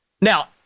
Now